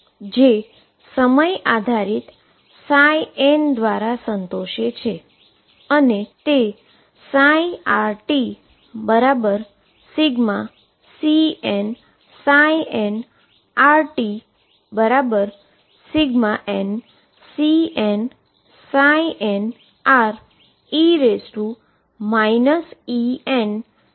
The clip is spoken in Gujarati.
જે સમય આધારિત n દ્વારા સંતોષે છે અને તે rt∑CnnrtnCnnre iEnt દ્વારા લખી શકાય છે